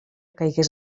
caigués